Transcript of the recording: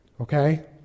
Okay